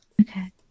Okay